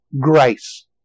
grace